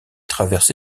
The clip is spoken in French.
traverse